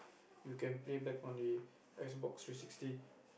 you can play back on the X-Box three sixty